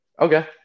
Okay